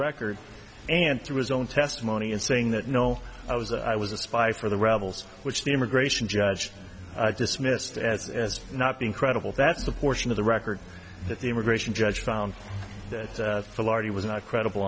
record and through his own testimony in saying that no i was i was a spy for the rebels which the immigration judge dismissed as as not being credible that's the portion of the record that the immigration judge found that the lardy was not credible